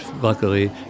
luckily